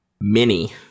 mini